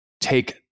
take